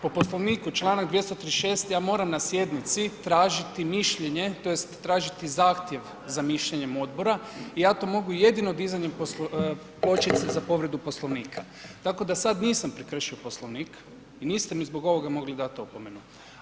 Po Poslovniku članak 236. ja moram na sjednici tražiti mišljenje tj. tražiti zahtjev za mišljenjem odbora i ja to mogu jedino dizanjem pločice za povredu Poslovnika, tako da sada nisam prekršio Poslovnik i niste mi zbog ovoga mogli dati opomenu.